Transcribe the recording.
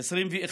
2021,